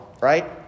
right